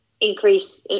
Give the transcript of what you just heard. increase